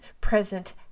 present